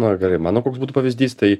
na gerai mano koks būtų pavyzdys tai